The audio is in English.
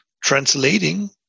translating